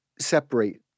separate